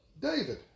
David